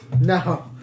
No